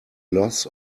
loss